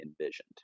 envisioned